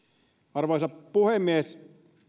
arvoisa puhemies